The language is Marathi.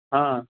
हां